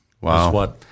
Wow